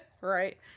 Right